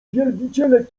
wielbiciele